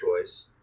choice